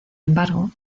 embargo